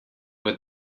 with